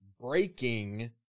breaking